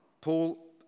Paul